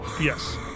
Yes